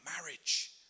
marriage